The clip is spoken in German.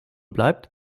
bleibt